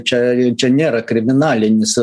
čia čia nėra kriminalinis